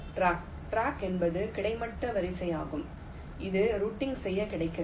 track track என்பது கிடைமட்ட வரிசையாகும் இது ரூட்டிங் செய்ய கிடைக்கிறது